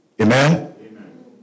Amen